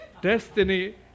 Destiny